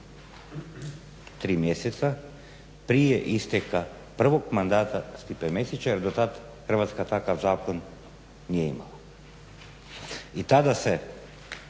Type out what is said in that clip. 3 mjeseca prije isteka prvog mandata Stipe Mesića, jer do tad Hrvatska takav zakon nije imala. I tada se